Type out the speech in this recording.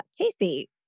Casey